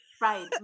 Right